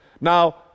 Now